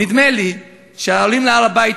נדמה לי שהעולים להר-הבית,